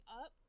up